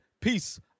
peace